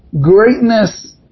greatness